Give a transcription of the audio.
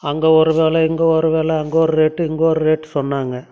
அங்கே ஒரு வில இங்கே ஒரு வில அங்கே ஒரு ரேட்டு இங்கே ஒரு ரேட்டு சொன்னாங்க